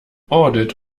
audit